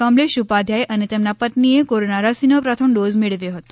કમલેશ ઉપાધ્યાય અને તેમના પત્નીએ કોરોના રસીનો પ્રથમ ડોઝ મેળવ્યો હતો